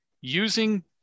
Using